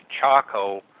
charcoal